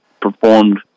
performed